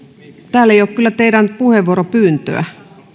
täällä ei kyllä ole teidän puheenvuoropyyntöänne